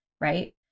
right